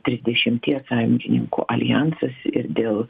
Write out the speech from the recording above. trisdešimties sąjungininkų aljansas ir dėl